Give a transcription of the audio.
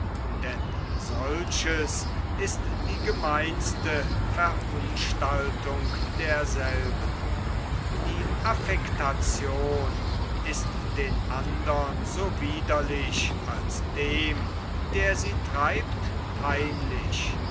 denn solches ist die gemeinste verunstaltung derselben die affektation ist den andern so widerlich als dem der sie treibt peinlich